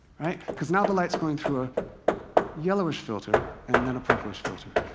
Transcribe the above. right? because now the light is going through a yellowish filter and then a purplish filter.